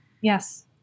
Yes